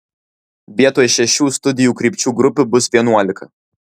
vietoj šešių studijų krypčių grupių bus vienuolika